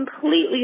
completely